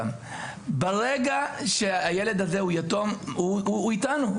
ברגע שהילד הזה הוא יתום, הוא איתנו.